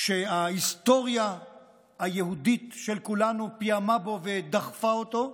וההיסטוריה היהודית של כולנו פיעמה בו ודחפה אותו.